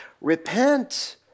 repent